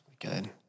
Good